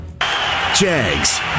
Jags